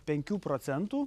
penkių procentų